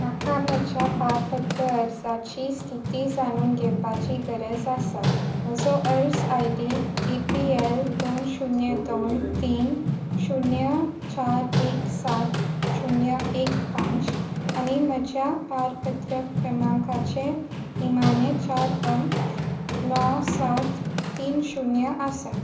म्हाका म्हज्या पारपत्र अर्जाची स्थिती जाणून घेवपाची गरज आसा म्हजो अर्ज I D A P L दोन शुन्य दोन तीन शुन्य चार एक सात शुन्य एक पांच आनी म्हज्या पारपत्र क्रमांकाचें निमाणें चार अंक णव सात तीन शुन्य आसात